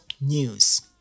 news